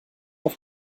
auf